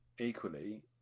Equally